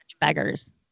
beggars